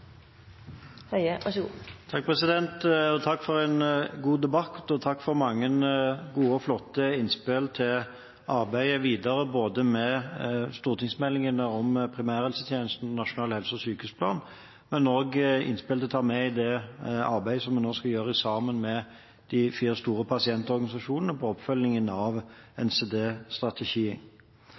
Takk for en god debatt, og takk for mange gode og flotte innspill til arbeidet videre med stortingsmeldingene om primærhelsetjenesten og nasjonal helse- og sykehusplan, men også innspill til å ta med i det arbeidet som vi nå skal gjøre sammen med de fire store pasientorganisasjonene på oppfølgingen av